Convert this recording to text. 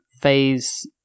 phase